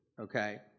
Okay